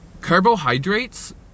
Carbohydrates